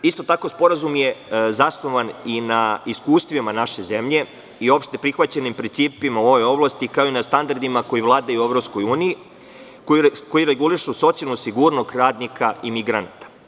Isto tako, sporazum je zasnovan i na iskustvima naše zemlje i opšte prihvaćenim principima u ovoj oblasti, kao i na standardima koji vladaju u EU, koji regulišu socijalnu sigurnost radnika i migranata.